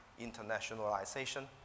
internationalization